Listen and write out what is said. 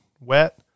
Wet